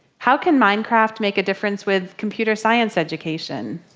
how can minecraft make a difference with computer science education?